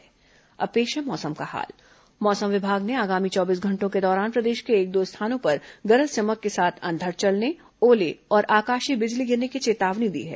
मौसम और अब पेश है मौसम का हाल मौसम विभाग ने आगामी चौबीस घंटों के दौरान प्रदेश के एक दो स्थानों पर गरज चमक के साथ अंधड़ चलने ओले और आकाशीय बिजली गिरने की चेतावनी दी है